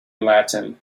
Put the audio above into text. latin